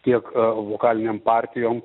tiek vokalinėm partijom